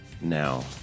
now